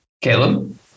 Caleb